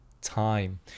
time